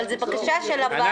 אבל זה בקשה של הוועדה,